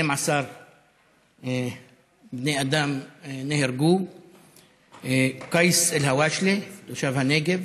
12 בני אדם נהרגו, קייס אל-הוואשלה, תושב הנגב,